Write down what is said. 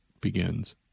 begins